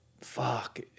fuck